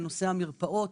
בנושא המרפאות,